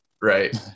Right